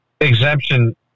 exemption